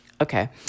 Okay